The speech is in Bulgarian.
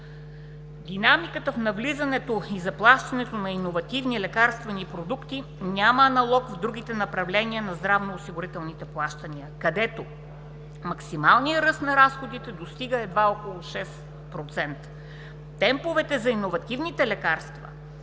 Динамиката в навлизането и заплащането на иновативни лекарствени продукти няма аналог в другите направления на здравноосигурителните плащания, където максималният ръст на разходите достига едва около 6%. Темповете за иновативните лекарства